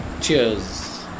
Cheers